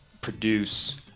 produce